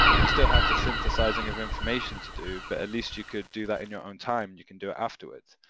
you still have the synthesising of information to do but at least you could do that in your own time. you can do it afterwards